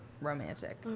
romantic